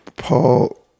Paul